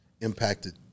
impacted